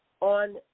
on